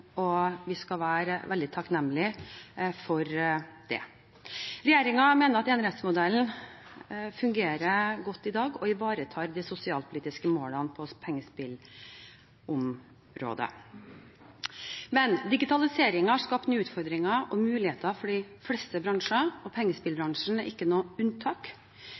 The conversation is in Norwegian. og vi skal være veldig takknemlige for det. Regjeringen mener at enerettsmodellen fungerer godt i dag og ivaretar de sosialpolitiske målene på pengespillområdet. Men digitaliseringen har skapt nye utfordringer og muligheter for de fleste bransjer, og pengespillbransjen er ikke noe unntak.